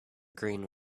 green